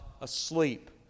asleep